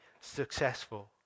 successful